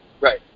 Right